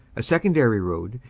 a secondary road,